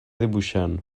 dibuixant